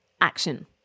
action